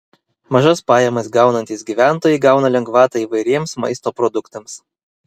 mažas pajamas gaunantys gyventojai gauna lengvatą įvairiems maisto produktams